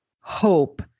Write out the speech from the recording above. hope